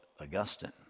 Augustine